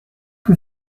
que